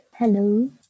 Hello